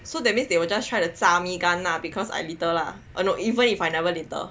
so that means they will just try to 炸 me 干啦 because I litter lah oh no even if I never litter